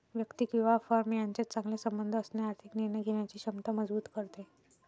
व्यक्ती किंवा फर्म यांच्यात चांगले संबंध असणे आर्थिक निर्णय घेण्याची क्षमता मजबूत करते